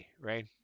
right